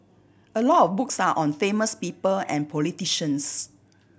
a lot of books are on famous people and politicians